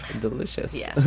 delicious